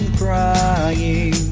crying